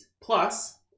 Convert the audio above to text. Plus